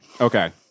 Okay